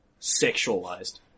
sexualized